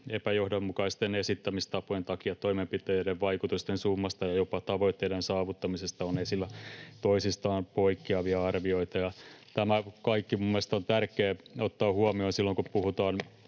Epäjohdonmukaisten esittämistapojen takia toimenpiteiden vaikutusten summasta ja jopa tavoitteiden saavuttamisesta on esillä toisistaan poikkeavia arvioita." Tämä kaikki minun mielestäni on tärkeä ottaa huomioon silloin, kun puhutaan